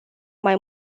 mai